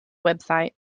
website